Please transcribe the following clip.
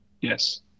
Yes